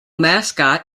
mascot